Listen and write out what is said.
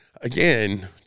again